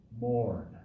Mourn